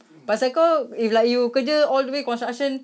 pasal kau if like you kerja all the way construction